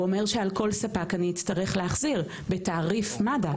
הוא אומר שעל כל ספק אני אצטרך להחזיר בתעריף מד"א.